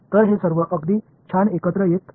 எனவே இது எல்லாம் மிக நன்றாக வருகிறது